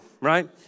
right